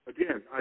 Again